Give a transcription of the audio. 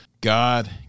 God